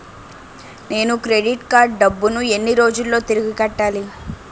నేను credit card డబ్బును ఎన్ని రోజుల్లో తిరిగి కట్టాలి?